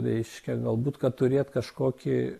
reiškia galbūt kad turėt kažkokį